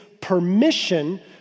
permission